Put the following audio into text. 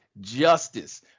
justice